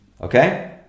Okay